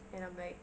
and I'm like